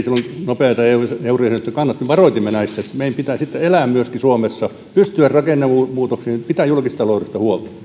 nopeata eurojäsenyyttä kannattanut varoitimme näistä että meidän pitää sitten myöskin elää suomessa pystyä rakennemuutoksiin pitää julkistaloudesta